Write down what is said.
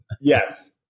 yes